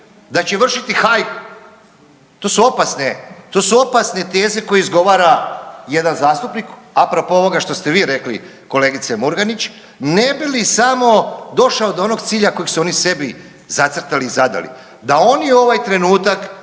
da će vršiti hajku, to su opasne, to su opasne teze koje izgovara jedan zastupnik apropo ovoga što ste vi rekli kolegice Murganić, ne bi li samo došao do onog cilja kojeg su oni sebi zacrtali i zadali da oni ovaj trenutak